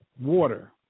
water